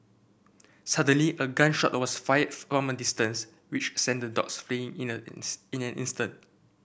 suddenly a gun shot was fired from a distance which sent the dogs fleeing in an in an instant